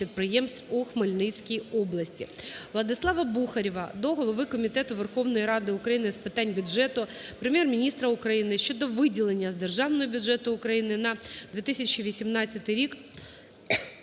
підприємств у Хмельницькій області. ВладиславаБухарєва до голови Комітету Верховної Ради України з питань бюджету, Прем'єр-міністра України щодо виділення з Державного бюджету України на 2018 рік